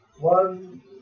one